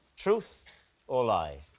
truth or lie?